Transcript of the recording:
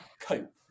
cope